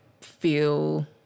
feel